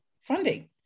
funding